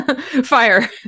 Fire